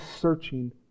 searching